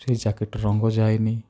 ସେ ଜ୍ୟାକେଟ୍ର ରଙ୍ଗ ଯାଏନି